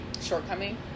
shortcoming